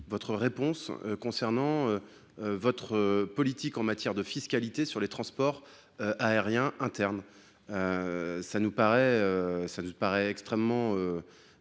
votre réponse concernant votre politique en matière de fiscalité sur les transports aériens internes. Votre méthode nous paraît extrêmement